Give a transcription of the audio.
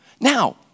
Now